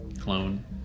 clone